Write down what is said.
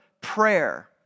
prayer